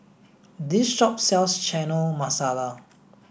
this shop sells Chana Masala